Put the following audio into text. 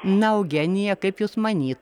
na eugenija kaip jūs many